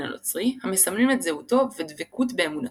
הנוצרי המסמלים את זהותו ודבקות באמונותו.